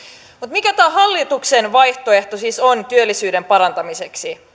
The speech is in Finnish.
mikä tämä hallituksen vaihtoehto siis on työllisyyden parantamiseksi